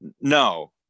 No